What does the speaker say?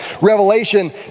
Revelation